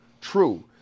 True